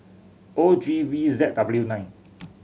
O G V Z W nine